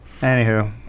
Anywho